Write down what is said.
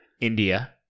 India